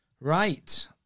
Right